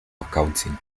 accounting